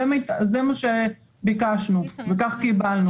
זה מה שביקשנו וכך קיבלנו.